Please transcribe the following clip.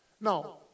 Now